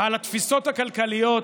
על התפיסות הכלכליות